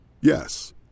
Yes